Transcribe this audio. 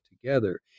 together